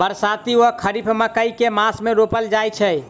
बरसाती वा खरीफ मकई केँ मास मे रोपल जाय छैय?